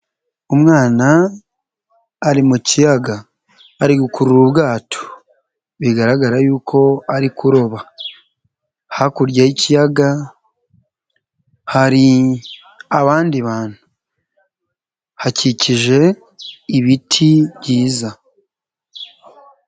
Umwana ari mu kiyaga ari gukurura ubwato bigaragara y'uko ari kuroba, hakurya y'ikiyaga hari abandi bantu, hakikije ibiti byiza.